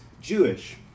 Jewish